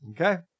Okay